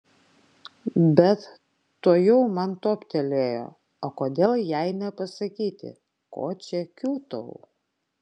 bet tuojau man toptelėjo o kodėl jai nepasakyti ko čia kiūtau